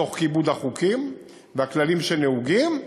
תוך כיבוד החוקים והכללים שנהוגים,